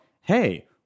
hey